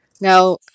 Now